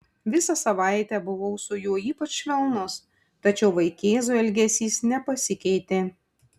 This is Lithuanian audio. visą savaitę buvau su juo ypač švelnus tačiau vaikėzo elgesys nepasikeitė